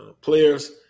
players